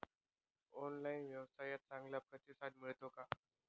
Online व्यवसायात चांगला प्रतिसाद मिळतो का?